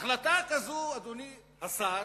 החלטה כזאת, אדוני השר,